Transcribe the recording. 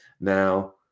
Now